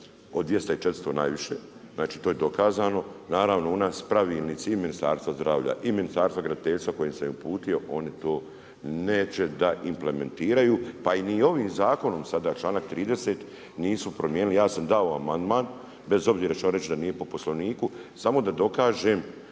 od 200 i 400 najviše, znači to je dokazano. Naravno, u nas pravilnici i Ministarstvo zdravlja i Ministarstvo graditeljstva kojim sam uputio, oni to neće da implementiraju, pa ni ovim zakonom, sada čl. 30 nisu promijenili, ja sam dao amandman, bez obzira što će reći da nije po poslovniku, samo da dokažem